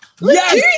Yes